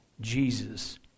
Jesus